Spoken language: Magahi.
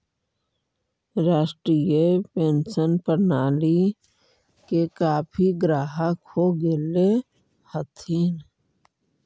राष्ट्रीय पेंशन प्रणाली के काफी ग्राहक हो गेले हथिन